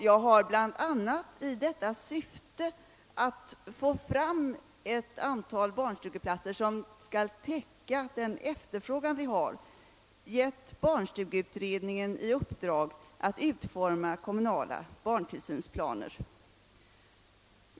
Jag har, bl.a. i syfte att få fram ett antal barnstugeplatser som skall täcka den efterfrågan vi har, givit barnstugeutredningen i uppdrag att utforma kommunala barntillsynsplaner.